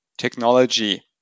technology